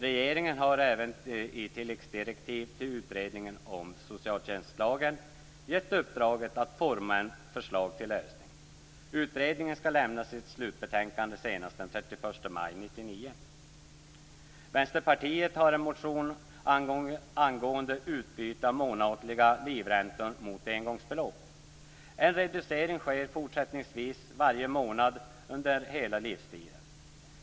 Regeringen har även i tilläggsdirektiv till utredningen om socialtjänstlagen gett uppdraget att forma ett förslag till lösning. Utredningen skall lämna sitt slutbetänkande senast den Vänsterpartiet har en motion angående utbyte av månatliga livräntor mot engångsbelopp. En reducering sker fortsättningsvis varje månad under hela livstiden.